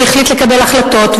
והוא החליט לקבל החלטות,